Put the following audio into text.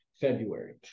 February